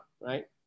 right